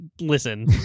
listen